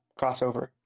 crossover